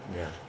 ya